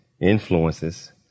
influences